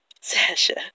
Sasha